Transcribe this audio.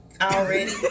already